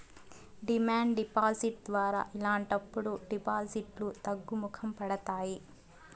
demand deposit ద్వారా ఇలాంటప్పుడు డిపాజిట్లు తగ్గుముఖం పడతాయి